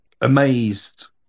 amazed